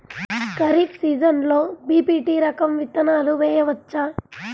ఖరీఫ్ సీజన్లో బి.పీ.టీ రకం విత్తనాలు వేయవచ్చా?